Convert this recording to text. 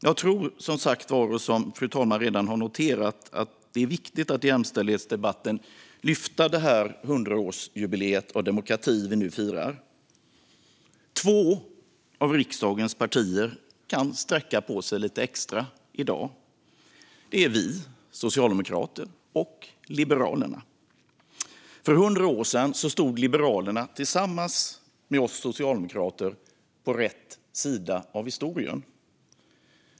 Jag tror, som sagt var, att det är viktigt att i jämställdhetsdebatten lyfta fram detta 100-årsjubileum av demokratin som vi nu firar. Två av riksdagens partier kan sträcka på sig lite extra i dag. Det är Socialdemokraterna och Liberalerna. För 100 år sedan stod Liberalerna tillsammans med oss socialdemokrater på rätt sida av historien.